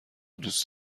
دوست